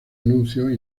anuncios